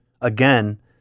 again